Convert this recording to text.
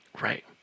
Right